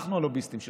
אנחנו הלוביסטים של